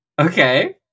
Okay